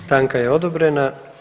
Stanka je odobrena.